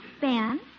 Ben